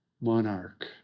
monarch